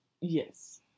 Yes